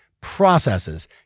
processes